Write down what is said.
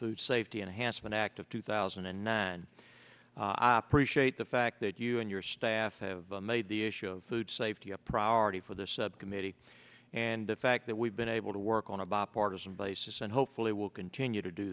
food safety enhancement act of two thousand and nine i appreciate the fact that you and your staff have made the issue of food safety a priority for the subcommittee and the fact that we've been able to work on a bipartisan basis and hopefully will continue to do